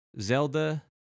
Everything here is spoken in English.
Zelda